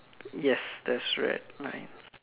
yes there's red lines